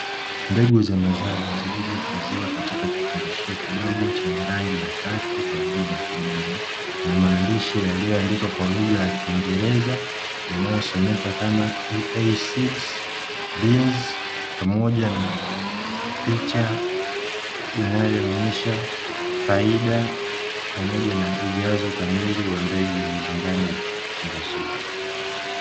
Mbegu za mazao zilizohifadhiwa katika kifungashio kidogo chenye rangi ya kaki pamoja na kijani, na maandishi yaliyoandikwa kwa lugha ya kiingereza yanayosomeka kama "EA SEEDS BEANS", pamoja na picha inayoonyesha faida pamoja na ujazo kamili wa mbegu hizo ndani ya kifungashio.